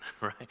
right